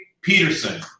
Peterson